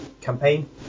campaign